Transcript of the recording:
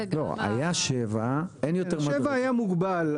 היה 7. 7 היה מוגבל.